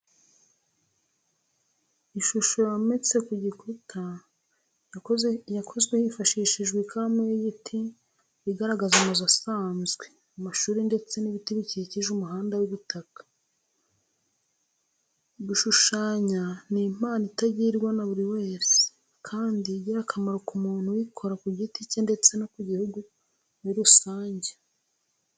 Ishusho yometse ku gikuta yakozwe hifashishijwe ikaramu y'igiti igaragaza amazu asanzwe, amashuri ndetse n'ibiti bikikije umuhanda w'ibitaka. Gushushanya ni impano itagirwa na buri wese, kandi igira akamaro ku muntu uyikora ku giti cye ndetse no ku gihugu muri rusange.